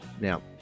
Now